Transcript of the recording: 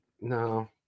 no